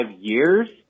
years